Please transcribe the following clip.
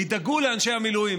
ידאגו לאנשי המילואים.